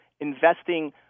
investing